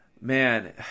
man